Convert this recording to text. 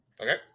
Okay